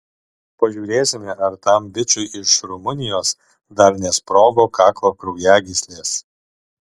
pažiūrėsime ar tam bičui iš rumunijos dar nesprogo kaklo kraujagyslės